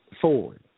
forward